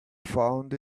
found